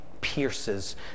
pierces